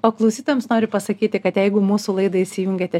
o klausytojams noriu pasakyti kad jeigu mūsų laidą įsijungėte